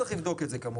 צריך לבדוק את זה כמובן.